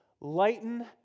lighten